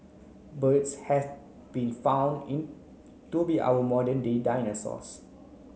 birds been found in to be our modern day dinosaurs